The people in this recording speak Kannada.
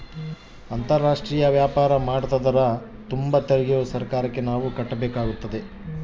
ಅಂತಾರಾಷ್ಟ್ರೀಯ ವ್ಯಾಪಾರ ಮಾಡ್ತದರ ತುಂಬ ತೆರಿಗೆಯು ಸರ್ಕಾರಕ್ಕೆ ನಾವು ಕಟ್ಟಬೇಕಾಗುತ್ತದೆ